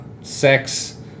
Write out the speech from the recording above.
sex